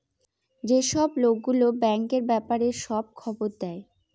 যেসব লোক গুলো ব্যাঙ্কের ব্যাপারে সব খবর দেয়